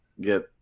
get